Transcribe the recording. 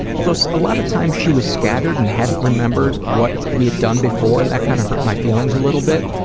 although so a lot of times she was scattered and hadn't remembered what we had done before and that kind of hurt my feelings a little bit.